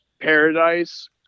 Paradise